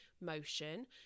motion